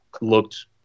looked